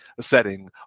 setting